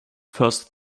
first